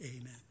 Amen